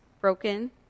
broken